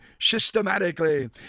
systematically